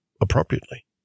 appropriately